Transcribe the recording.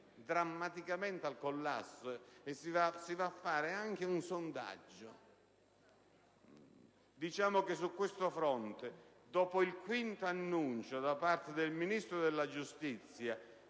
drammaticamente al collasso, e si va a fare pure un sondaggio! Diciamo che su questo fronte, dopo il quinto annuncio da parte del Ministro della giustizia